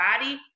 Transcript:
body